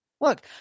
Look